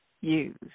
use